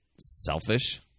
selfish